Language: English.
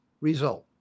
result